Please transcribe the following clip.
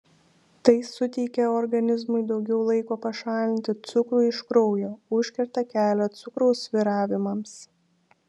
tai suteikia organizmui daugiau laiko pašalinti cukrų iš kraujo užkerta kelią cukraus svyravimams